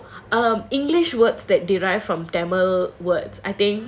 oh no um english words that derived from tamil words I think